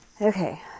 Okay